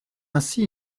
ainsi